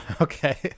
Okay